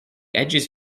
edges